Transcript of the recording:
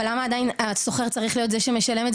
אבל למה עדיין השוכר צריך להיות זה שמשלם את